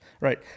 Right